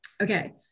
Okay